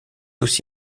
aussi